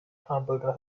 hamburger